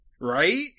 Right